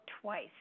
twice